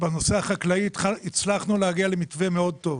בנושא החקלאי הצלחנו להגיע למתווה מאוד טוב.